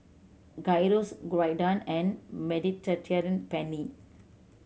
Gyros Gyudon and Mediterranean Penne